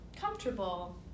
comfortable